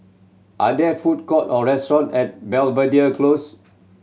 are there food court or restaurant at Belvedere Close